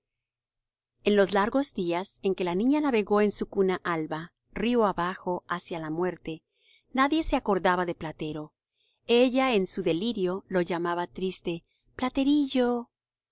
en los largos días en que la niña navegó en su cuna alba río abajo hacia la muerte nadie se acordaba de platero ella en su delirio lo llamaba triste platerillo